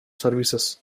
services